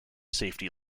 safety